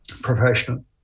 Professional